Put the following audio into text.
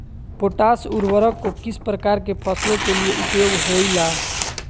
Potash उर्वरक को किस प्रकार के फसलों के लिए उपयोग होईला?